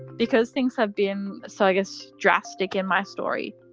because things have been so i guess drastic in my story,